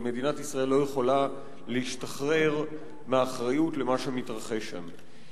אבל מדינת ישראל לא יכולה להשתחרר מהאחריות למה שמתרחש שם.